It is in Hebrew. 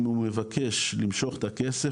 אם הוא מבקש למשוך את הכסף,